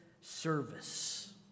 service